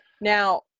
now